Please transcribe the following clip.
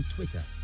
Twitter